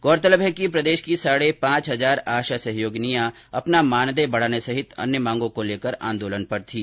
गौरतलब है कि प्रदेश की साढ़े पांच हजार आशा सहयोगीनियां अपना मानदेय बढ़ाने सहित अन्य मांगों को लेकर आंदोलन पर थीं